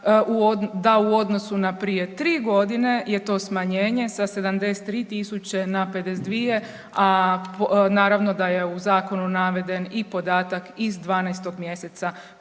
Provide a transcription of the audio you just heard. da u odnosu na prije 3 godine je to smanjenje sa 73.000 na 52.000, a naravno da je u zakonu naveden i podatak iz 12. mjeseca